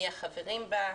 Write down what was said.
מי החברים בה,